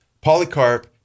Polycarp